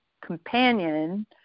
companion